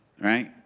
right